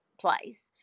place